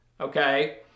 okay